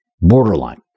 Borderline